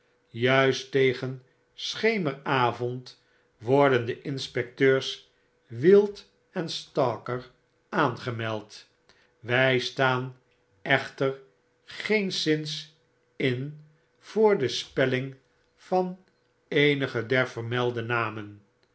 juist tegen schemeravond worden de inspecteurs wield en stalker aangemeld wy staan echter geenszins in voor de spelling van eenige der vermelde namen